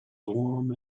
warm